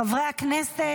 חברי הכנסת,